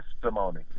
testimony